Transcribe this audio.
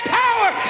power